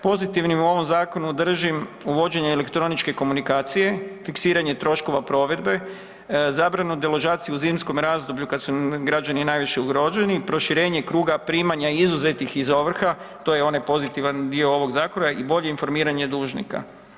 Pozitivnim u ovim zakonu držim uvođenje elektroničke komunikacije, fiksiranje troškova provedbe, zabranu deložacije u zimskom razdoblju kad su građanu najviše ugroženi proširenje kruga primanja izuzetih, to je ona pozitivan dio ovog zakona i bolje informiranje dužnika.